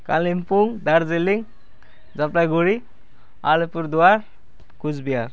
Kalimpong Darjeeling Jalpaiguri Alipurduar Cooch Behar